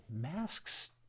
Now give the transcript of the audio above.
masks